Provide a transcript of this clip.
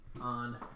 on